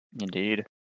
Indeed